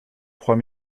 trois